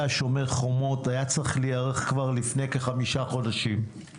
"שומר החומות" היה צריך להיערך כבר לפני כחמישה חודשים.